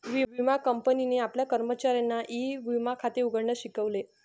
विमा कंपनीने आपल्या कर्मचाऱ्यांना ई विमा खाते उघडण्यास शिकवले